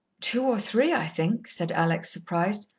two or three, i think, said alex, surprised.